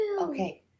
Okay